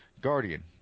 guardian